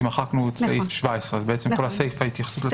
מחקנו את סעיף 17. בעצם כל הסיפה התייחסות --- נכון.